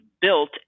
built